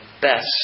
best